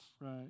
right